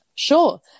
Sure